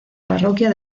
parroquia